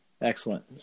Excellent